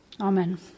Amen